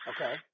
Okay